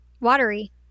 watery